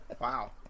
Wow